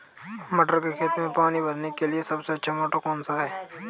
मटर के खेत में पानी भरने के लिए सबसे अच्छा मोटर कौन सा है?